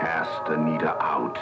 cast anita out